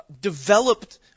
developed